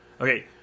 Okay